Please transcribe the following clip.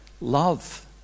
love